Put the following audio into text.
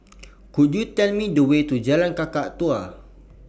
Could YOU Tell Me The Way to Jalan Kakatua